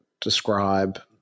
describe